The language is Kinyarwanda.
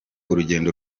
urugendo